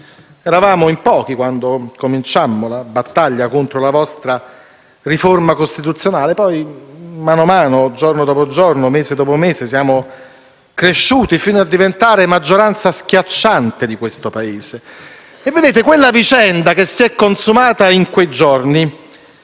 Eravamo in pochi quando cominciammo la battaglia contro la vostra riforma costituzionale, ma man mano, giorno dopo giorno e mese dopo mese, siamo cresciuti fino a diventare maggioranza schiacciante di questo Paese. La vicenda che si è consumata in quei giorni